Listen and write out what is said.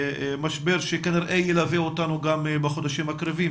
משבר שכנראה ילווה אותנו גם בחודשים הקרובים,